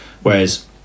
whereas